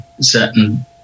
certain